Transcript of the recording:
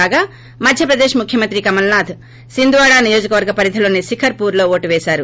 కాగా మధ్యప్రదేశ్ ముఖ్యమంత్రి కమల్ నాథ్ సింద్వాడ నియోజవర్గ పరిధిలోని శిఖర్ పూర్లో ఓటు పేశారు